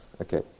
okay